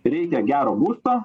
reikia gero būsto